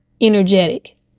energetic